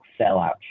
sellout